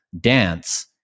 dance